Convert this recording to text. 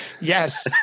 yes